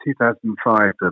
2005